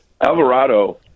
Alvarado